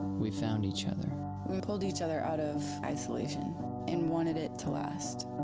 we found each other. and we pulled each other out of isolation and wanted it to last.